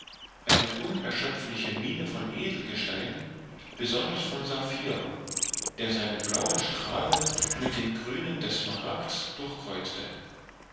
eine unerschöpfliche mine von edelgestein besonders von saphir der seine blauen strahlen mit den grünen des smaragds